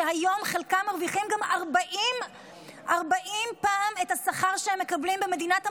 שהיום חלקם מרוויחים גם 40 פעם את השכר שהם מקבלים במדינת המקור.